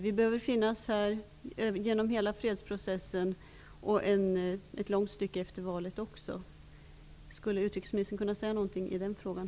Vi behöver finnas där genom hela fredsprocessen och också ett långt stycke efter valet. Skulle utrikesministern kunna säga någonting i den frågan?